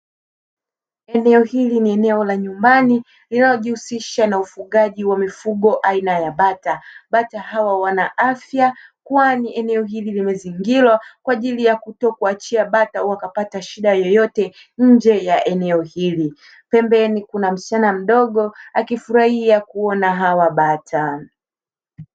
Eneo hili ni eneo la nyumbani linalojihusisha na ufugaji wa mifugo aina ya bata. Bata hawa wanaafya kwani eneo hili limezingirwa kwa ajili ya kutokuachia bata wakapata shida yoyote nje ya eneo hili. Pembeni kuna msichana mdogo akifurahia kuona hawa bata.